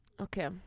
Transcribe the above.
Okay